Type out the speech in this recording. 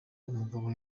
umugabo